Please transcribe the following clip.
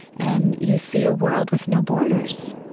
and you see a world with no borders.